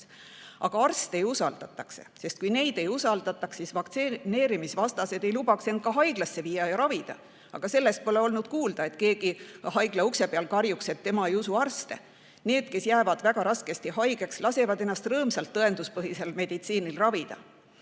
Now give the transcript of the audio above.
Aga arste ju usaldatakse. Kui neid ei usaldataks, siis ei lubaks vaktsineerimisvastased end ka haiglasse viia ja ravida. Aga pole kuulda olnud, et keegi haigla ukse peal karjuks, et tema ei usu arste. Need, kes jäävad väga raskesti haigeks, lasevad ennast rõõmsalt tõenduspõhisel meditsiinil ravida.